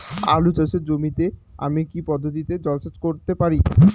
আলু চাষে জমিতে আমি কী পদ্ধতিতে জলসেচ করতে পারি?